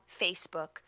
facebook